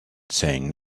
saying